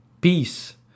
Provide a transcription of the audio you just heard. peace